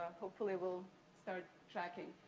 hopefully we'll start tracking.